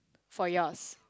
for yours